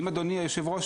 אדוני היושב ראש,